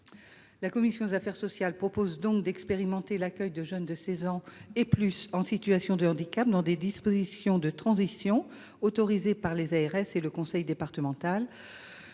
La commission des affaires sociales propose donc d’expérimenter l’accueil de jeunes de 16 ans et plus en situation de handicap dans des dispositifs de transition autorisés par l’ARS et le conseil départemental,